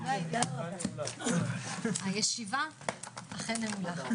הישיבה נעולה.